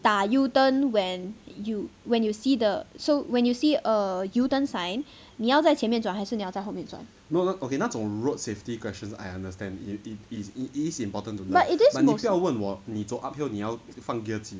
打 u-turn when you when you see the so when you see a u-turn sign 你要在前面转还是在后面转